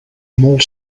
molt